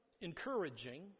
encouraging